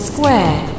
Square